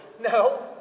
No